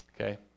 Okay